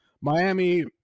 Miami